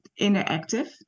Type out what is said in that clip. interactive